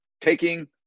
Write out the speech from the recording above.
taking